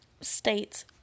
states